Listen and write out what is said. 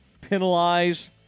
penalize